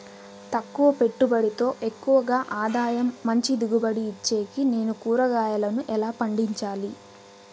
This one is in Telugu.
తక్కువ పెట్టుబడితో ఎక్కువగా ఆదాయం మంచి దిగుబడి ఇచ్చేకి నేను కూరగాయలను ఎలా పండించాలి?